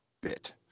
bit